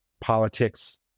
politics